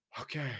Okay